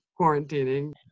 quarantining